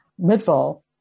Midval